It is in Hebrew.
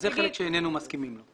זה חלק שאיננו מסכימים לו.